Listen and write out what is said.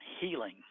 healing